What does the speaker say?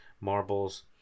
marbles